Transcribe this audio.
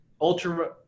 ultra